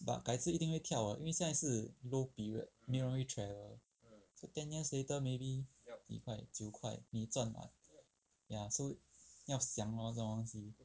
but 改次一定会跳的因为现在是 low period 没有人会 travel so ten years later maybe 一百九块你赚 [what] ya so 要想 loh 这种东西